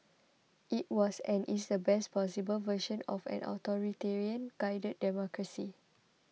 it was and is the best possible version of an authoritarian guided democracy